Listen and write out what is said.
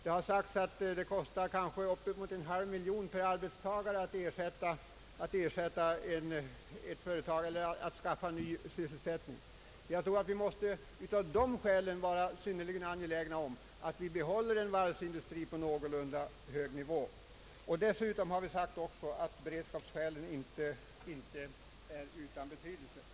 Det har sagts att det kan kosta bort åt en halv miljon kronor att skaffa en arbetare ny sysselsättning. Av de skälen tror jag att vi måste vara synnerligen angelägna om att behålla en varvsindustri på någorlunda hög nivå. Dessutom har vi anfört att beredskapsskälen inte är utan betydelse.